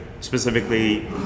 specifically